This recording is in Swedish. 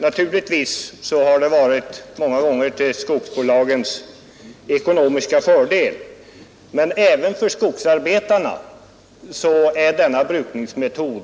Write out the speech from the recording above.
Naturligtvis har den många gånger varit till skogsbolagens ekonomiska fördel, men även för skogsarbetarna har denna brukningsmetod